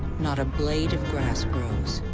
not a blade of grass grows.